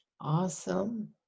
awesome